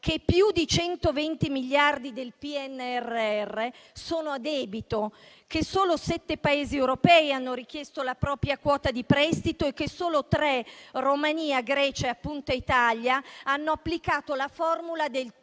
che più di 120 miliardi di euro del PNRR sono a debito, che solo sette Paesi europei hanno richiesto la propria quota di prestito e che solo tre - Romania Grecia e, appunto, Italia - hanno applicato la formula del